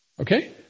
Okay